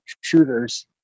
shooters